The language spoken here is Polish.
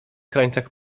krańcach